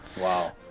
Wow